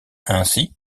ainsi